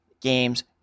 games